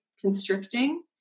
constricting